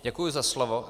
Děkuji za slovo.